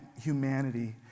humanity